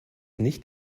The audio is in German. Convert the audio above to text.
nicht